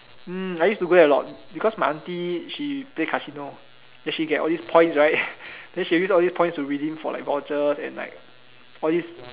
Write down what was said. mm I used to go there a lot because my aunty she play casino then she get all these points right then she use all these points to redeem for like vouchers and like all these